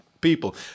people